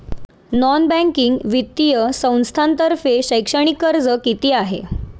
Non banking वित्तीय संस्थांतर्फे शैक्षणिक कर्ज किती आहे?